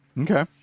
Okay